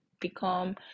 become